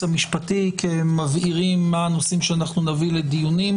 המשפטי כמבהירים מה הנושאים שנביא לדיונים,